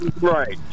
Right